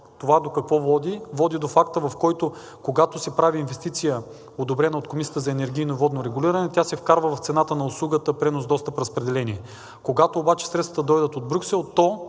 Това до какво води? Води до факта, в който, когато се прави инвестиция, одобрена от Комисията за енергийно и водно регулиране, тя се вкарва в цената на услугата пренос – достъп – разпределение. Когато обаче средствата дойдат от Брюксел,